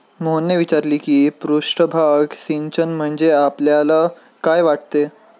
मोहनने विचारले की पृष्ठभाग सिंचन म्हणजे आपल्याला काय वाटते?